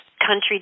country